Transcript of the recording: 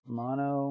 mono